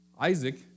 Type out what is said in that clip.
Isaac